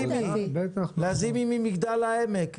לזימי ממגדל העמק.